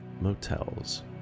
Motels